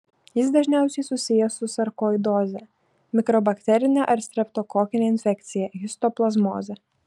jis dažniausiai susijęs su sarkoidoze mikobakterine ar streptokokine infekcija histoplazmoze